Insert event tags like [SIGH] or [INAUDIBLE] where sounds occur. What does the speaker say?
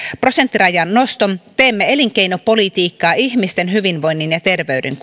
prosenttirajan noston teemme elinkeinopolitiikkaa ihmisten hyvinvoinnin ja terveyden [UNINTELLIGIBLE]